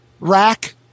rack